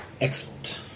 Excellent